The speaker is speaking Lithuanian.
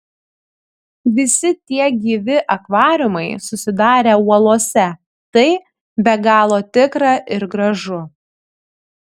visi tie gyvi akvariumai susidarę uolose tai be galo tikra ir gražu